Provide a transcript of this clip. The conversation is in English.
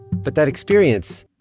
but that experience,